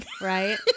Right